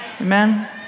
Amen